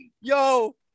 yo